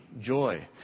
joy